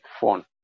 phone